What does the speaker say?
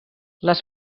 les